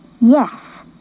Yes